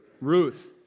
Ruth